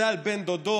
זה על בן דודו